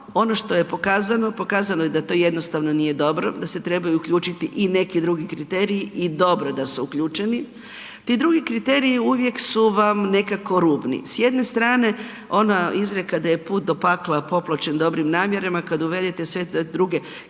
pokazano, pokazano je da to jednostavno nije dobro, da se trebaju uključiti i neki drugi kriteriji i dobro da su uključeni. Ti drugi kriteriji uvijek su vam nekako rubni, s jedne strane ona izreka da je put do pakla popločen dobrim namjerama kad uvedete sve te druge kriterije